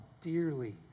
dearly